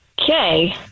okay